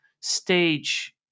stage